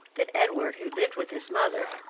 that edward who lived with his mother,